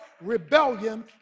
rebellion